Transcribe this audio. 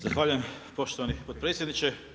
Zahvaljujem poštovani potpredsjedniče.